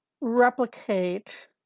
replicate